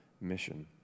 mission